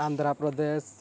Andhra Pradesh